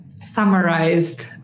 summarized